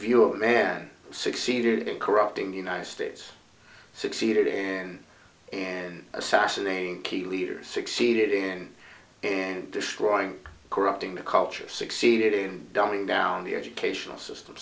view of man succeeded in corrupting the united states succeeded in assassinating key leaders succeeded in destroying corrupting the culture of succeeded in dumbing down the educational system